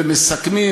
ומסכמים.